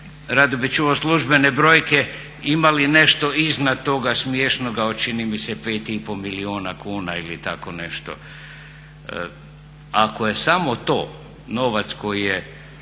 rado bih čuo službene brojke ima li nešto iznad toga smiješnoga od čini mi se 5,5 milijuna kuna ili tako nešto. Ako je samo to novac koji je